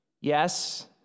Yes